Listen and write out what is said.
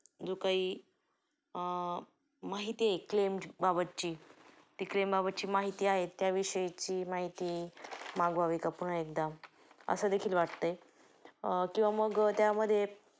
जो काही माहिती आहे क्लेम बाबतची ती क्लेम बाबतची माहिती आहे त्या विषयीची माहिती मागवावी का पुन्हा एकदा असं देखील वाटतं आहे किंवा मग त्यामध्ये